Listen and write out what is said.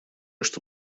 что